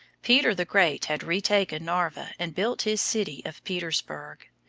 peter the great had retaken narva and built his city of petersburg.